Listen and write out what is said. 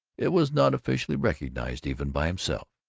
it was not officially recognized even by himself.